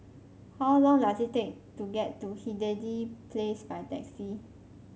how long does it take to get to Hindhede Place by taxi